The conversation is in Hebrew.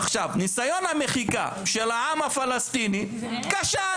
עכשיו, ניסיון המחיקה של העם הפלסטיני כשל.